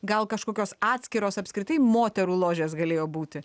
gal kažkokios atskiros apskritai moterų ložės galėjo būti